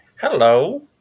Hello